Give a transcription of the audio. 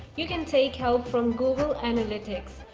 you can take help from google analytics.